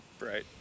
Right